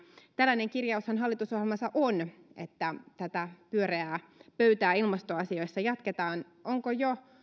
tällainen kirjaushan hallitusohjelmassa on että tätä pyöreää pöytää ilmastoasioissa jatketaan onko jo